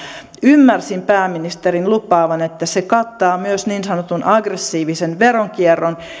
ymmärsin pääministerin lupaavan että se kattaa myös niin sanotun aggressiivisen veronkierron